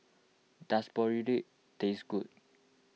Does Boribap taste good